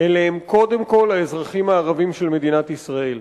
אלה הם קודם כול האזרחים הערבים של מדינת ישראל.